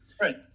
Right